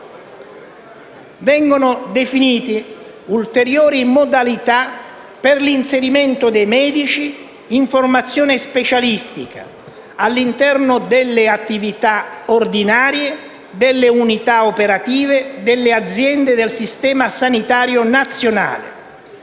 inoltre definite ulteriori modalità per l'inserimento dei medici in formazione specialistica all'interno delle attività ordinarie delle unità operative delle aziende del Sistema sanitario nazionale,